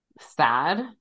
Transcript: sad